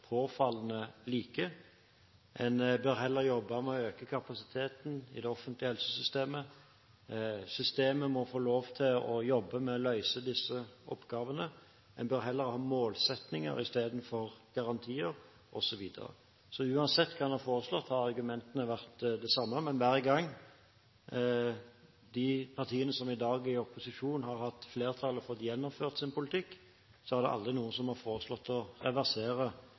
påfallende like: En bør heller jobbe med å øke kapasiteten i det offentlige helsesystemet, systemet må få lov til å jobbe med å løse disse oppgavene, en bør heller ha målsettinger istedenfor garantier, osv. Uansett hva en har foreslått, har argumentene vært de samme. Men hver gang de partiene som i dag er i opposisjon, har hatt flertall og har fått gjennomført sin politikk, har det aldri vært noen som har foreslått å reversere